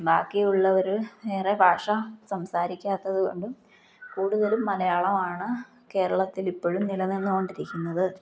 ബാക്കിയുള്ളവർ വേറെ ഭാഷ സംസാരിക്കാത്തതു കൊണ്ടും കൂടുതലും മലയാളമാണ് കേരളത്തിൽ ഇപ്പോഴും നില നിന്നു കൊണ്ടിരിക്കുന്നത്